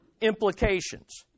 implications